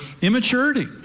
Immaturity